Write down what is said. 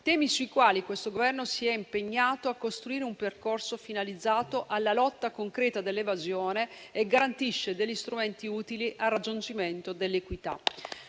questi, sui quali il Governo si è impegnato a costruire un percorso finalizzato alla lotta concreta all'evasione e a garantire strumenti utili al raggiungimento dell'equità.